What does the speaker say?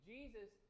Jesus